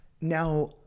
Now